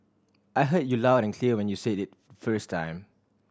I heard you loud and clear when you said it the first time